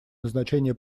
назначение